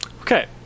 Okay